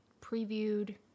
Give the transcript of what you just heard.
previewed